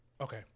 Okay